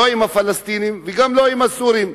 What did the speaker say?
לא עם הפלסטינים ולא עם הסורים.